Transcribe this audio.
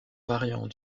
variant